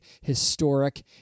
historic